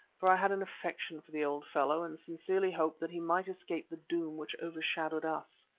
for i had an affection for the old fellow, and sincerely hoped that he might escape the doom which overshadowed us.